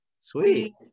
sweet